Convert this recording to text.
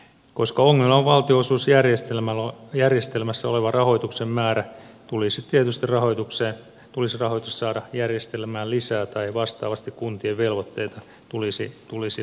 koska ongelma on valtionosuusjärjestelmässä olevan rahoituksen määrä tulisi tietysti rahoitusta saada järjestelmään lisää tai vastaavasti kuntien velvoitteita tulisi vähentää